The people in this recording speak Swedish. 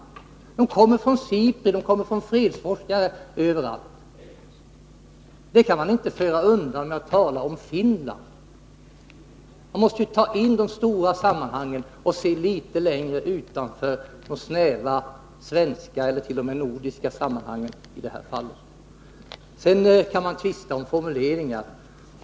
Och de kommer från SIPRI, från fredsforskare överallt. Det kan man inte föra undan genom att tala om Finland. Man måste ta in de stora sammanhangen och se litet längre utanför de snäva svenska och t.o.m. nordiska sammanhangen i det här fallet. Sedan kan man tvista om formuleringar.